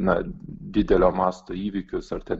na didelio masto įvykius ar ten